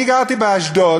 אני גרתי באשדוד.